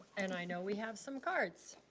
and i know we have some cards.